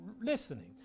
listening